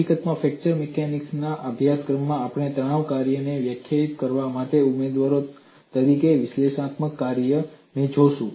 હકીકતમાં fracture mechanics ના અભ્યાસક્રમમાં આપણે તણાવ કાર્યને વ્યાખ્યાયિત કરવા માટે ઉમેદવારો તરીકે વિશ્લેષણાત્મક કાર્યોને જોશું